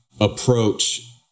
approach